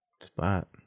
Spot